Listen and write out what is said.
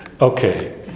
okay